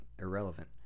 Irrelevant